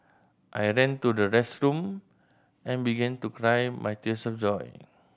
I ran to the restroom and begin to cry my tears of joy